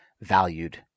valued